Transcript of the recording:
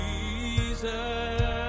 Jesus